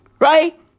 Right